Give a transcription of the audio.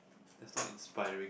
that's not inspiring